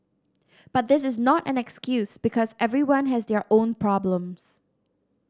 but this is not an excuse because everyone has their own problems